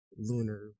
lunar